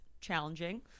challenging